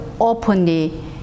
openly